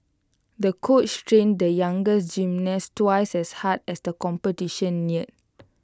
the coach trained the younger gymnast twice as hard as the competition neared